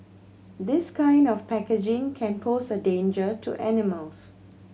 this kind of packaging can pose a danger to animals